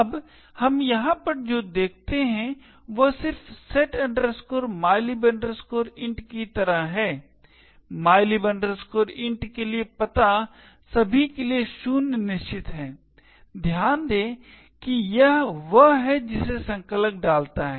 अब हम यहाँ पर जो देखते हैं वह सिर्फ set mylib int की तरह है mylib int के लिए पता सभी के लिए 0 निश्चित है ध्यान दें कि यह वह है जिसे संकलक डालता है